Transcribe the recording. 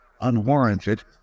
unwarranted